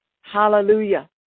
Hallelujah